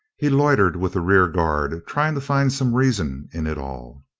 he loitered with the rearguard, trying to find some reason in it all.